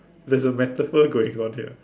there's a metaphor going on here